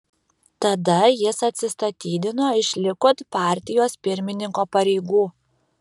tada jis atsistatydino iš likud partijos pirmininko pareigų